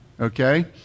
Okay